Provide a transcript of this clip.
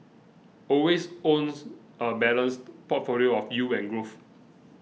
always owns a balanced portfolio of yield and growth